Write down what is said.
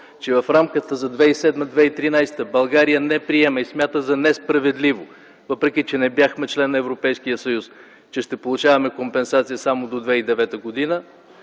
че в рамките на 2007-2013 г. България не приема и смята за несправедливо, въпреки че не бяхме член на Европейския съюз, че ще получаваме компенсации само до 2009 г.,